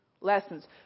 lessons